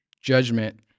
judgment